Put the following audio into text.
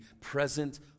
present